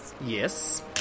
Yes